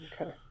Okay